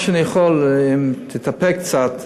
אם תתאפק קצת,